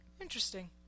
Interesting